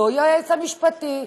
לא יועץ משפטי?